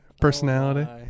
personality